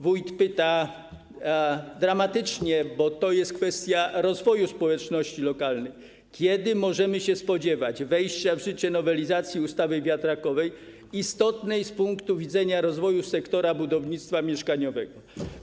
Wójt pyta dramatycznie, bo to jest kwestia rozwoju społeczności lokalnej, kiedy możemy spodziewać się wejścia w życie nowelizacji ustawy wiatrakowej istotnej z punktu widzenia rozwoju sektora budownictwa mieszkaniowego.